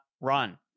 run